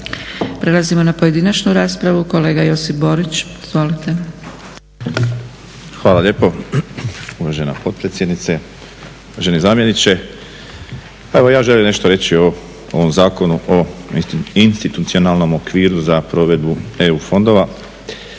Prelazimo na pojedinačnu raspravu, kolega Josip Borić. Izvolite. **Borić, Josip (HDZ)** Hvala lijepo. Uvažana potpredsjednice, uvaženi zamjeniče. Pa evo ja želim nešto reći o ovom Zakonu o institucionalnom okviru za provedbu EU fondova.